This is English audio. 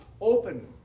open